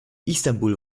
istanbul